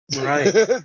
Right